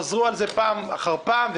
חזרו על זה פעם אחר פעם,